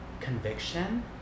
conviction